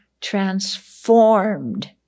transformed